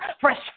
Fresh